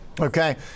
Okay